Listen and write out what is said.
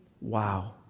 Wow